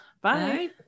bye